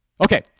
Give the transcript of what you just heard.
Okay